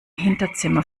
hinterzimmer